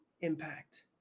impact